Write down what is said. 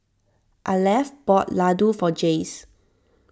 Arleth bought Laddu for Jayce